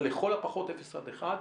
אבל לכל הפחות אפס עד אחד.